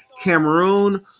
Cameroon